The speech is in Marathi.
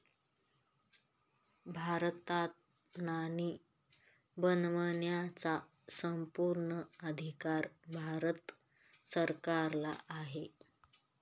भारतात नाणी बनवण्याचा संपूर्ण अधिकार भारत सरकारला आहे